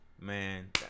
man